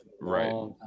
right